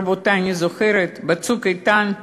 רבותי, אני זוכרת, ב"צוק איתן",